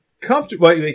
comfortable